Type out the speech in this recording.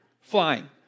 flying